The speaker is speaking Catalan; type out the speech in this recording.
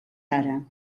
ara